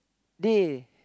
they